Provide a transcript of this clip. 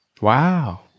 wow